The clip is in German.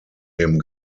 dem